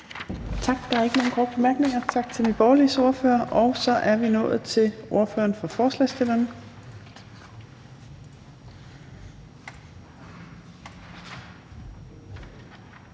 Torp): Der er ikke nogen korte bemærkninger, så tak til Nye Borgerliges ordfører. Så er vi nået til ordføreren for forslagsstillerne,